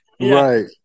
Right